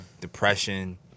depression